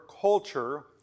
culture